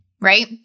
right